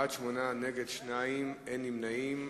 בעד, 8, נגד, 2, אין נמנעים.